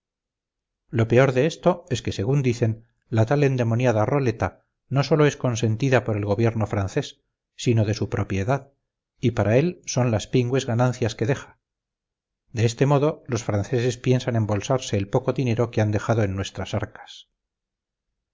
lo peor de esto es que según dicen la tal endemoniada roleta no sólo es consentida por el gobierno francés sino de su propiedad y para él son las pingües ganancias que deja de este modo los franceses piensan embolsarse el poco dinero que han dejado en nuestras arcas